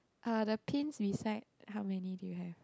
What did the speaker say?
uh the pins beside how many do you have